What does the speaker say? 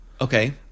okay